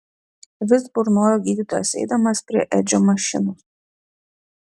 vis burnojo gydytojas eidamas prie edžio mašinos